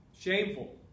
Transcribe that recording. Shameful